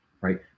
right